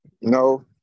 No